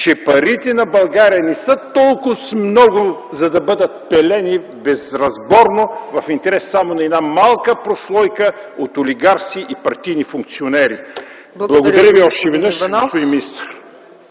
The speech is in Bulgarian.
че парите на България не са толкова много, за да бъдат пилени безразборно в интерес само на една малка прослойка от олигарси и партийни функционери. Благодаря Ви още веднъж, господин министър.